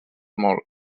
molt